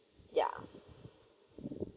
ya